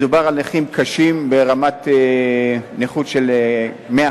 מדובר על נכים קשים, ברמת נכות של 150%,